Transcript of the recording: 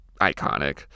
iconic